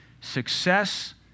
Success